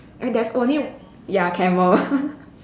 and there's only ya camel